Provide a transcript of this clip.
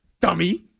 dummy